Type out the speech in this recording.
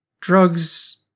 drugs